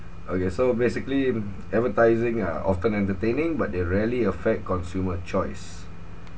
okay so basically advertising are often entertaining but they really affect consumer choice